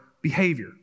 behavior